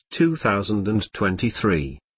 2023